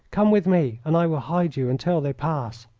come with me and i will hide you until they pass.